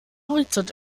horizont